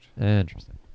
Interesting